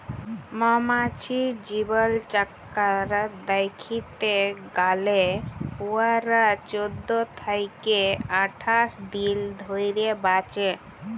মমাছির জীবলচক্কর দ্যাইখতে গ্যালে উয়ারা চোদ্দ থ্যাইকে আঠাশ দিল ধইরে বাঁচে